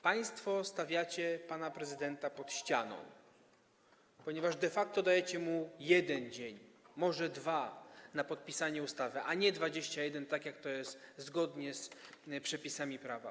Państwo stawiacie pana prezydenta pod ścianą, ponieważ de facto dajecie mu 1 dzień, może 2 dni na podpisanie ustawy, a nie 21 dni, zgodnie z przepisami prawa.